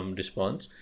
response